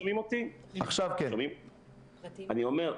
אני אומר,